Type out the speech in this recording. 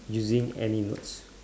using any nouns